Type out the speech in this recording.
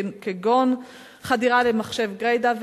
כגון חדירה למחשב גרידא,